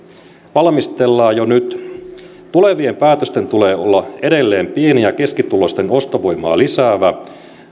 valmistellaan jo nyt tulevien päätösten tulee olla edelleen pieni ja keskituloisten ostovoimaa lisääviä